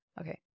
Okay